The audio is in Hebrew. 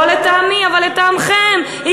לא לטעמי אבל לטעמכם.